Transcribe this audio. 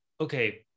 okay